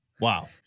Wow